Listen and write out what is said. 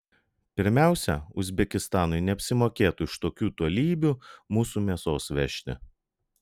pirmiausia uzbekistanui neapsimokėtų iš tokių tolybių mūsų mėsos vežti